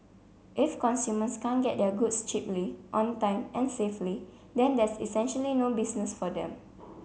if consumers can't get their goods cheaply on time and safely then there's essentially no business for them